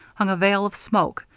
hung a veil of smoke,